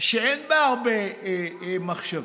שאין בה הרבה מחשבה.